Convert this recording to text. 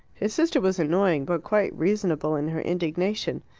his sister was annoying, but quite reasonable in her indignation.